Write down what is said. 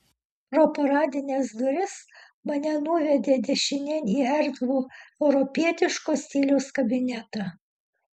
pro paradines duris mane nuvedė dešinėn į erdvų europietiško stiliaus kabinetą